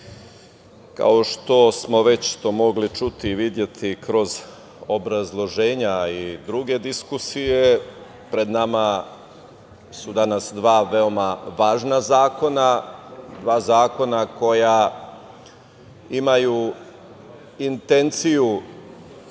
kao što smo već nešto mogli čuti i videti kroz obrazloženja i druge diskusije pred nama su danas dva veoma važna zakona, dva zakona koja imaju intenciju